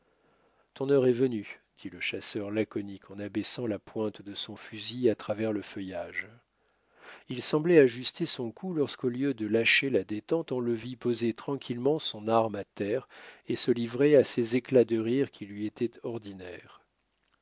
heure est venue dit le chasseur laconique en abaissant la pointe de son fusil à travers le feuillage il semblait ajuster son coup lorsqu'au lieu de lâcher la détente on le vit poser tranquillement son arme à terre et se livrer à ces éclats de rire qui lui étaient ordinaires